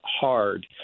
hard